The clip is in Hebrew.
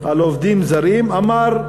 לעובדים זרים, אמר: